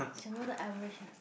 全部的 average ah